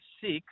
six